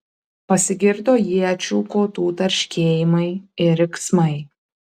pasigirdo iečių kotų tarškėjimai ir riksmai